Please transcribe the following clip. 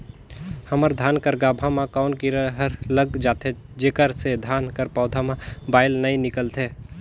हमर धान कर गाभा म कौन कीरा हर लग जाथे जेकर से धान कर पौधा म बाएल नइ निकलथे?